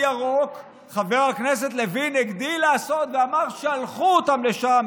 חבר הכנסת לוין הגדיל לעשות ואמר: שלחו אותם לשם,